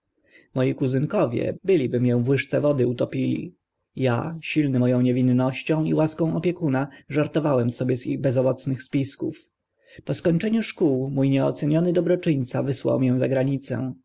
moi kuzynkowie byliby mię w łyżce wody utopili a silny mo ą niewinnością i łaską opiekuna żartowałem sobie z ich bezowocnych spisków po skończeniu szkół mó nieoceniony dobroczyńca wysłał mię za granicę